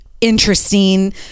interesting